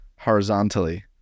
Horizontally